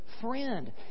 friend